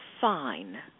fine